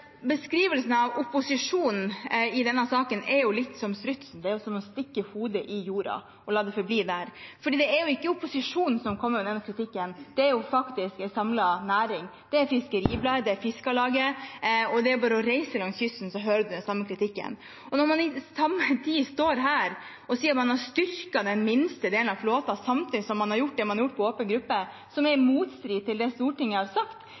beskrivelsen av opposisjonen i denne saken er litt som med strutsen – det er som å stikke hodet i sanden og la det forbli der. Det er jo ikke opposisjonen som kommer med denne kritikken, det er faktisk en samlet næring. Det er Fiskeribladet, det er Fiskarlaget. Det er bare å reise langs kysten, så hører man den samme kritikken. Når man står her og sier at man har styrket den minste delen av flåten, samtidig som man har gjort det man har gjort på åpen gruppe – som er i motstrid til det Stortinget har sagt,